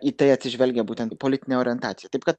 į tai atsižvelgia būtent politinė orientacija taip kad